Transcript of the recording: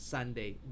Sunday